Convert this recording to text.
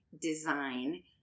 design